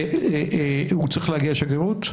והוא צריך להגיע לשגרירות?